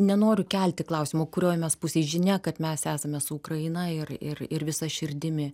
nenoriu kelti klausimo kurioj mes pusėj žinia kad mes esame su ukraina ir ir ir visa širdimi